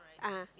(uh huh)